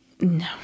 No